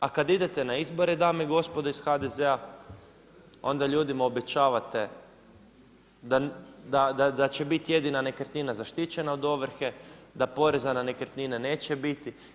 A kada idete na izbore dame i gospodo iz HDZ-a onda ljudima obećavate da će biti jedina nekretnina zaštićena od ovrhe, da poreza na nekretnine neće biti.